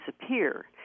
disappear